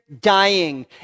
dying